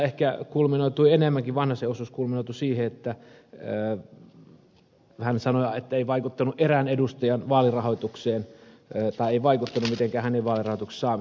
ehkä vanhasen osuus kulminoitui enemmänkin siihen että hän sanoi ettei vaikuttanut erään edustajan vaalirahoitukseen tai ei vaikuttanut mitenkään hänen vaalirahoituksensa saamiseen